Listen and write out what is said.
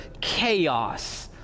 chaos